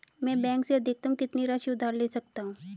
मैं बैंक से अधिकतम कितनी राशि उधार ले सकता हूँ?